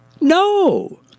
No